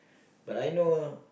but I know